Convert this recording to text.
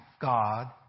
God